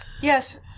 Yes